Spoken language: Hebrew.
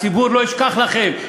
הציבור לא ישכח לכם,